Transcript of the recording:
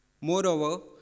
Moreover